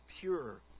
pure